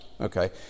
okay